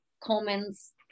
Coleman's